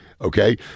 Okay